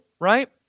right